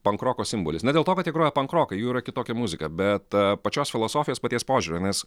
pankroko simbolis ne dėl to kad jie groja pankroką jų yra kitokia muzika bet pačios filosofijos paties požiūrio nes